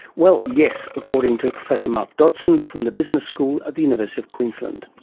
well, yes, according to professor mark dodgson from the business school at the university of queensland.